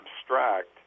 abstract